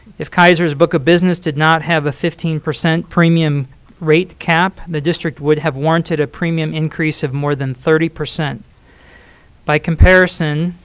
if kaiser's book of business did not have a fifteen percent premium rate cap, the district would have warranted a premium increase of more than thirty. by comparison,